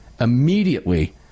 immediately